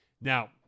Now